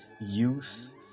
youth